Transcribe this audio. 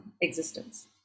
existence